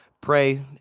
pray